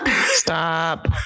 stop